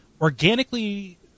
organically